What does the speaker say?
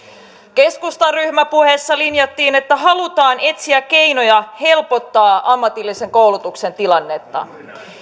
keskustan ryhmäpuheessa linjattiin että halutaan etsiä keinoja helpottaa ammatillisen koulutuksen tilannetta